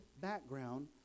background